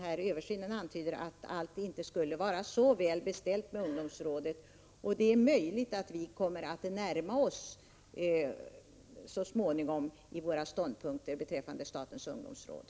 Översynen antyder att allt inte skulle vara så väl beställt med ungdomsrådet, och det är möjligt att våra ståndpunkter så småningom kommer att närma sig varandra beträffande statens ungdomsråd.